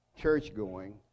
church-going